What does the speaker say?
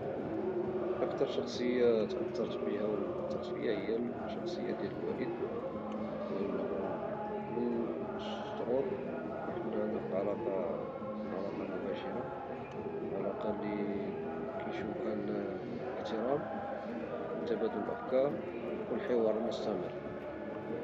أكثر شخصية تأثرت بها وأترث في هي الشخصية ديال الوالد لأنه من الصغر وحنا عندنا واحد العلاقة - علاقة مباشرة علاقة لي كيشوبها الاحترام وتبادل الأفكار والحوار المستمر